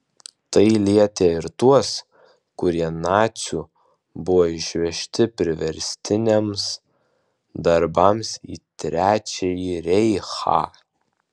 tai lietė ir tuos kurie nacių buvo išvežti priverstiniams darbams į trečiąjį reichą